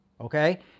Okay